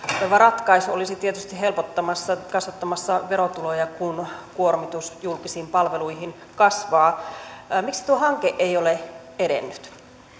kaivattu ratkaisu olisi tietysti helpottamassa ja kasvattamassa verotuloja kun kuormitus julkisiin palveluihin kasvaa miksi tuo hanke ei ole edennyt